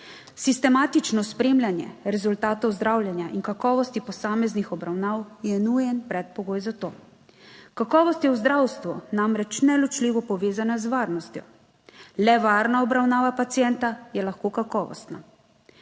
Sistematično spremljanje rezultatov zdravljenja in kakovosti posameznih obravnav je nujen predpogoj za to. Kakovost je v zdravstvu namreč neločljivo povezana z varnostjo. Le varna obravnava pacienta je lahko kakovostna,